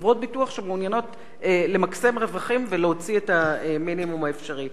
חברות ביטוח שמעוניינות למקסם רווחים ולהוציא את המינימום האפשרי.